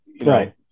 Right